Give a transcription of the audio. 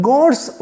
God's